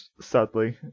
sadly